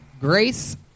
Grace